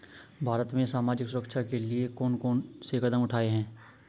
भारत में सामाजिक सुरक्षा के लिए कौन कौन से कदम उठाये हैं?